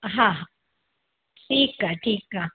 हा हा ठीक आ्हे ठीक आहे